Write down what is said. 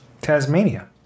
tasmania